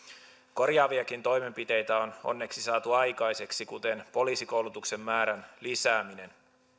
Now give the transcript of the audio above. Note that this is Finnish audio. korjaaviakin toimenpiteitä on onneksi saatu aikaiseksi kuten poliisikoulutuksen määrän lisääminen